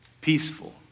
Peaceful